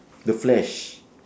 the flash